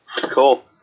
Cool